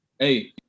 Hey